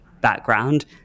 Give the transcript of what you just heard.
background